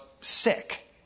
sick